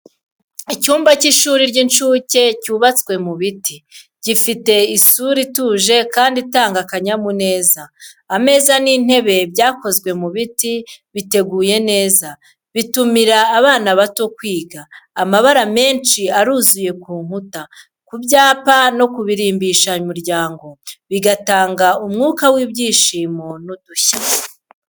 Icyumba cy’ishuri ry’incuke cyubatswe mu biti, gifite isura ituje kandi itanga akanyamuneza. Ameza n’intebe byakozwe mu giti biteguye neza, bitumira abana bato kwiga. Amabara menshi aruzuye ku nkuta, ku byapa no ku birimbishamuryango, bigatanga umwuka w’ibyishimo n’udushya.